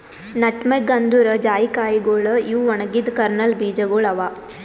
nutmeg ಅಂದುರ್ ಜಾಯಿಕಾಯಿಗೊಳ್ ಇವು ಒಣಗಿದ್ ಕರ್ನಲ್ ಬೀಜಗೊಳ್ ಅವಾ